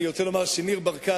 אני רוצה לומר שניר ברקת,